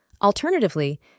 Alternatively